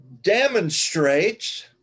demonstrates